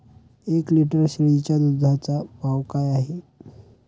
एक लिटर शेळीच्या दुधाचा भाव काय आहे?